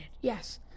Yes